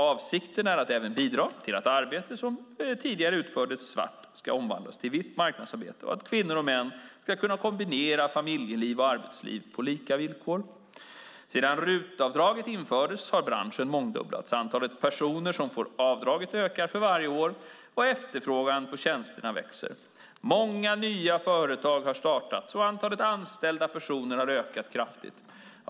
Avsikten är att även bidra till att arbete som tidigare utfördes svart ska omvandlas till vitt marknadsarbete och att kvinnor och män ska kunna kombinera familjeliv och arbetsliv på lika villkor. Sedan RUT-avdraget infördes har branschen mångdubblats. Antalet personer som får avdraget ökar för varje år och efterfrågan på tjänsterna växer. Många nya företag har startats och antalet anställda personer har ökat kraftigt.